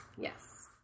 Yes